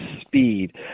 speed